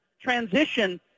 transition